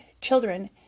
children